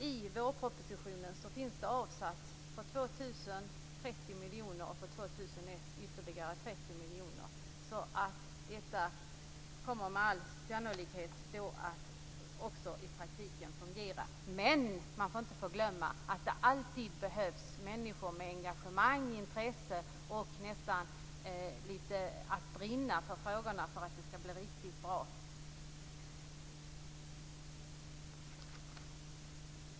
I vårpropositionen har avsatts 30 miljoner för år 2000 och ytterligare 30 miljoner för år 2001. Med all sannolikhet kommer detta att fungera i praktiken. Men man får aldrig glömma att det alltid behövs människor med engagemang och intresse - de skall brinna för frågorna - för att det skall bli riktigt bra.